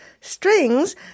strings